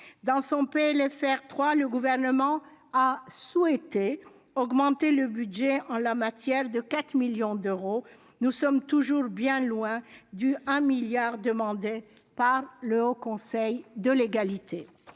pour 2020, le Gouvernement a souhaité augmenter le budget en la matière de 4 millions d'euros ; nous sommes toujours bien loin du milliard demandé par le Haut Conseil à l'égalité